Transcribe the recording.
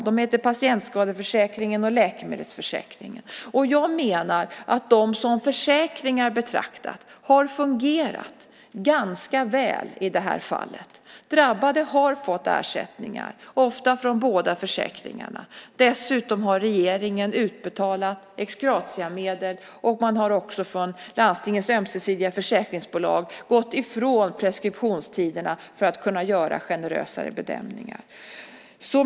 De heter patientskadeförsäkringen och läkemedelsförsäkringen. Jag menar att de som försäkringar betraktat har fungerat ganska väl i det här fallet. Drabbade har fått ersättning, ofta från båda försäkringarna. Dessutom har regeringen utbetalat ex gratia medel och man har från Landstingens Ömsesidiga Försäkringsbolag gått ifrån preskriptionstiderna för att kunna göra generösare bedömningar.